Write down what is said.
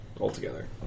altogether